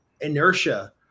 inertia